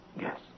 Yes